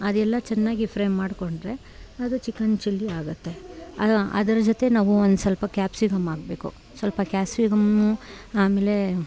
ಅದೆಲ್ಲ ಚೆನ್ನಾಗಿ ಫ್ರೈ ಮಾಡ್ಕೊಂಡ್ರೆ ಅದು ಚಿಕನ್ ಚಿಲ್ಲಿ ಆಗುತ್ತೆ ಅದರ ಜೊತೆ ನಾವು ಒಂದು ಸ್ವಲ್ಪ ಕ್ಯಾಪ್ಸಿಕಂ ಹಾಕ್ಬೇಕು ಸ್ವಲ್ಪ ಕ್ಯಾಸ್ವಿಕಮ್ಮು ಆಮೇಲೆ